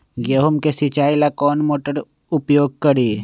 गेंहू के सिंचाई ला कौन मोटर उपयोग करी?